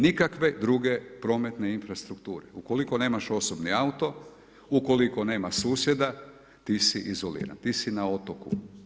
Nikakve druge prometne infrastrukture, ukoliko nemaš osobni auto, ukoliko nema susjeda, ti si izoliran, ti si na otoku.